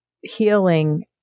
healing